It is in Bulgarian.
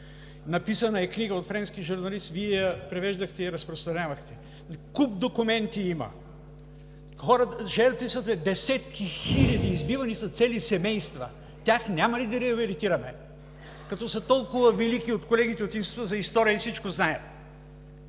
Написана е книга от френски журналист, Вие я превеждахте и разпространявахте. Куп документи има. Жертвите са десетки хиляди! Избивани са цели семейства! Тях няма ли да реабилитираме, като са толкова велики колегите от Института по история и всичко знаят?!